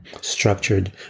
structured